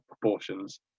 proportions